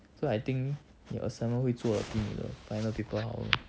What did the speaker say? so I think 你 assignment 会做得比你的 final paper 好 lor